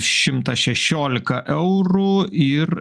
šimtas šešiolika eurų ir